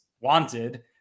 Wanted